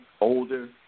older